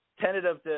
tentative